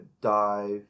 dive